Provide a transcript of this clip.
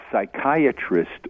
psychiatrist